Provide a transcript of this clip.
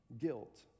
guilt